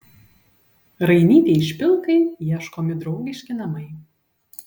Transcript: rainytei špilkai ieškomi draugiški namai